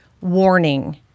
warning